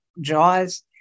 JAWS